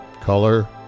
color